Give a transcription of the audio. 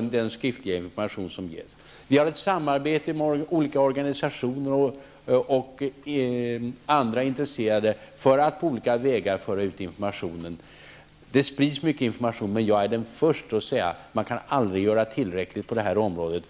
den skriftliga information som ges. Vi har ett samarbete med olika organisationer och andra intresserade för att på olika sätt föra ut informationen. Det sprids mycket information, men jag är den förste att säga att man aldrig kan göra tillräckligt på detta område.